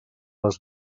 les